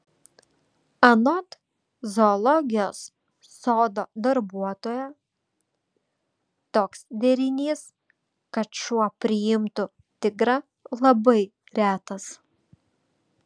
anot zoologijos sodo darbuotojo toks derinys kad šuo priimtų tigrą labai retas